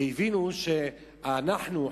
הבינו שאנחנו,